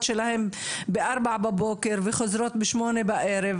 שלהן בארבע בבוקר וחוזרות בשמונה בערב,